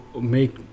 make